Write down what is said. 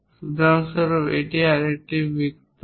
উদাহরণস্বরূপ এটি আরেকটি বৃত্ত